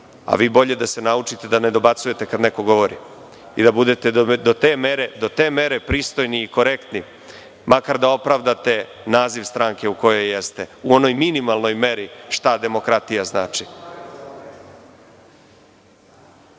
a vi bolje da se naučite da ne dobacujte kada neko govori i da budete do te mere pristojni i korektni, makar da opravdate naziv stranke u kojoj jeste, u onoj minimalnoj meri šta demokratija